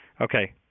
Okay